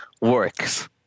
works